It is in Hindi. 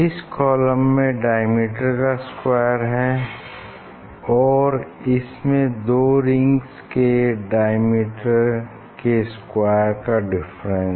इस कॉलम में डायमीटर का स्क्वायर है और इसमें दो रिंग्स के डायमीटर के स्क्वायर का डिफरेंस